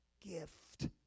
gift